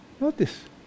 Notice